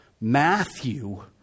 Matthew